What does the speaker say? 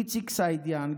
איציק סעידיאן,